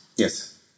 Yes